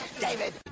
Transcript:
David